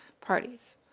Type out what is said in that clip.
parties